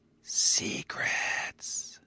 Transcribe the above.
Secrets